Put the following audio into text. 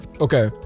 Okay